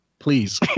Please